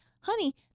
honey